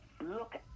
look